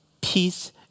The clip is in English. peace